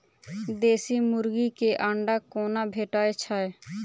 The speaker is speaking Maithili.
देसी मुर्गी केँ अंडा कोना भेटय छै?